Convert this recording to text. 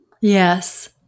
Yes